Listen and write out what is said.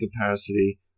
capacity